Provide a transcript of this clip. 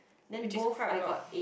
which is quite a lot